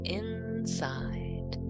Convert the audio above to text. inside